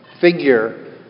figure